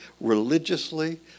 religiously